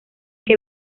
que